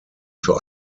für